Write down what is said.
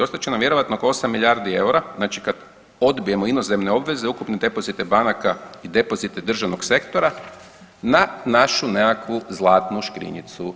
Ostat će nam vjerojatno oko 8 milijardi eura znači kad odbijemo inozemne obveze ukupne depozite banaka i depozite državnog sektora na našu nekakvu zlatnu škrinjicu.